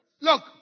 Look